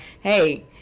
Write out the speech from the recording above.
Hey